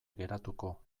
geratuko